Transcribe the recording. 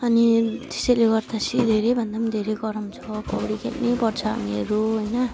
अनि त्यसैले गर्दा चाहिँ धेरैभन्दा पनि धेरै गरम छ पौडी खेल्नैपर्छ हामीहरू हैन